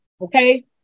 Okay